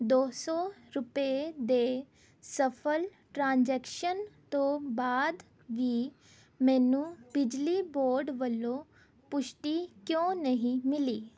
ਦੋ ਸੌ ਰੁਪਏ ਦੇ ਸਫਲ ਟ੍ਰਾਂਜ਼ੈਕਸ਼ਨ ਤੋਂ ਬਾਅਦ ਵੀ ਮੈਨੂੰ ਬਿਜਲੀ ਬੋਰਡ ਵੱਲੋਂ ਪੁਸ਼ਟੀ ਕਿਉਂ ਨਹੀਂ ਮਿਲੀ